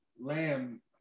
lamb